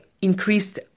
Increased